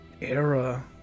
era